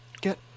Get